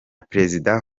perezida